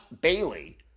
Bailey